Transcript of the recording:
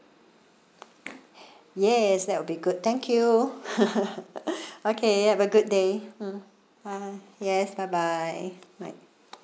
yes that would be good thank you okay have a good day mm bye yes bye bye bye